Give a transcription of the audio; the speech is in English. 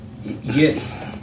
Yes